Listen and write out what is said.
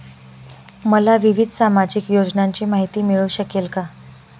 मला विविध सामाजिक योजनांची माहिती मिळू शकेल का?